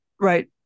Right